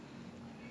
orh